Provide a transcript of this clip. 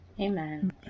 Amen